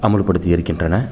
அமல்படுத்தி இருக்கின்றன